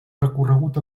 recorregut